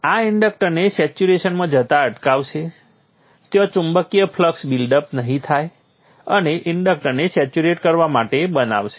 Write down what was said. આ ઇન્ડક્ટરને સેચ્યુરેશન માં જતા અટકાવશે ત્યાં ચુંબકીય ફ્લક્સ બિલ્ડ અપ નહીં થાય અને ઇન્ડક્ટરને સેચ્યુરેટ કરવા માટે બનાવશે